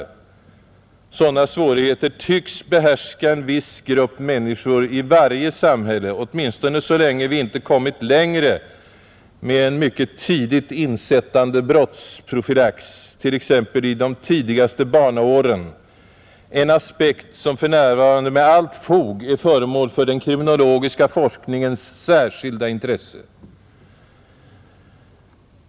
Sådana svårigheter tycks behärska en viss grupp människor i varje samhälle — åtminstone så länge vi inte kommit längre med en mycket tidigt insättande brottsprofylax t.ex. i de tidigaste barnaåren, en aspekt som för närvarande med allt fog är föremål för den kriminologiska forskningens särskilda intresse.